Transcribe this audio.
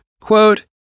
quote